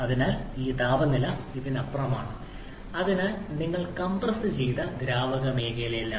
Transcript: അതിനാൽ ഈ താപനില ഇതിനപ്പുറമാണ് അതിനാൽ നിങ്ങൾ കംപ്രസ്സ് ചെയ്ത ദ്രാവക മേഖലയിലാണ്